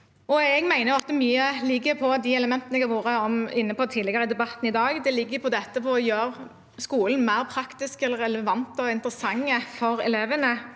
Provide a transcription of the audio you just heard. av svaret ligger i de elementene jeg har vært inne på tidligere i debatten i dag. Det handler om å gjøre skolen mer praktisk, mer relevant og mer interessant for elevene.